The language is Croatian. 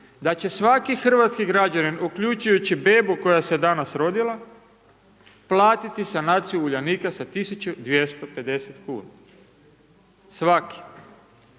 da će svaki hrvatski građanin uključujući bebu koja se danas rodila platiti sanaciju Uljanika sa 1.250 kuna, svaki.